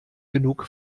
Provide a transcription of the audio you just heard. genug